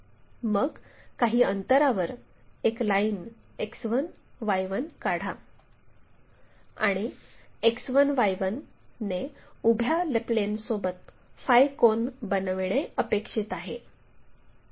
मग काही अंतरावर एक लाईन X1 Y1 काढा आणि X1 Y1 ने उभ्या प्लेनसोबत फाय कोन बनविणे अपेक्षित आहे